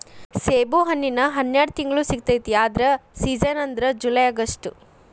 ಸೇಬುಹಣ್ಣಿನ ಹನ್ಯಾಡ ತಿಂಗ್ಳು ಸಿಗತೈತಿ ಆದ್ರ ಸೇಜನ್ ಅಂದ್ರ ಜುಲೈ ಅಗಸ್ಟ